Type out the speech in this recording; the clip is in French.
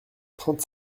trente